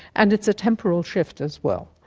and it's a temporal shift as well,